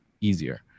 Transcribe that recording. easier